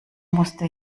musste